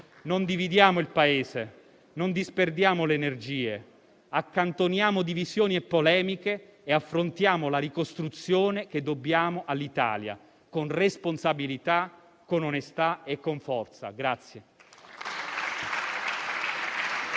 Non dividiamo il Paese. Non disperdiamo le energie. Accantoniamo divisioni e polemiche e affrontiamo la ricostruzione che dobbiamo all'Italia con responsabilità, con onestà e con forza.